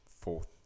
fourth